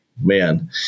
man